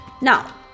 Now